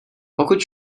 pokud